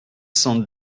cent